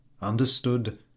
understood